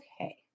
Okay